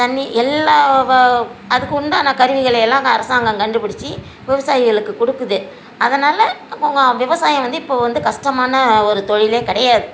தண்ணி எல்லாம் வா அதுக்குண்டான கருவிகளையெல்லாம் க அரசாங்கம் கண்டுபிடிச்சி விவசாயிகளுக்கு கொடுக்குது அதனால் விவசாயம் வந்து இப்போது வந்து கஷ்டமான ஒரு தொழிலே கிடையாது